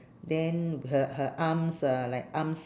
then her her arms uh like arms